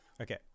Okay